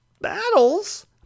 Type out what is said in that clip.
battles